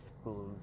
schools